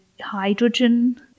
hydrogen